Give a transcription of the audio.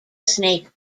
snake